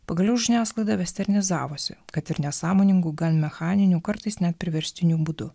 pagaliau žiniasklaida vesternizavosi kad ir nesąmoningu gan mechaniniu kartais net priverstiniu būdu